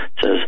says